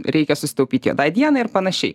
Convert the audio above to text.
reikia susitaupyt juodai dienai ir panašiai